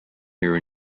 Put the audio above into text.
here